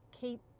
Keep